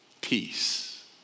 Peace